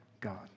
God